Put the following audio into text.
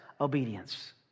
obedience